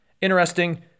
Interesting